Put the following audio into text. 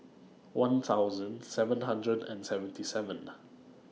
one thousand seven hundred and seventy seven